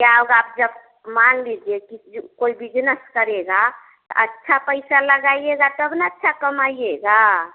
क्या बात जब मान लीजिए कि जो कोई बिजनस करेगा अच्छा पैसा लगाइएगा तब ना अच्छा कमाइएगा